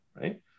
right